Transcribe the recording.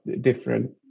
different